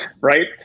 Right